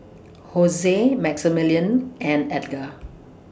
Jose Maximillian and Edgar